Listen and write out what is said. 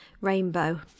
rainbow